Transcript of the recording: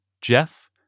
jeff